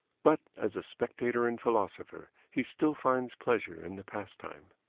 but as a spectator and philosopher he still finds pleasure in the pastime.